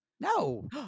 No